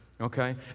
Okay